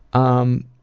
um,